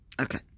okay